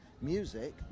music